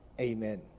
Amen